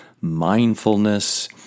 mindfulness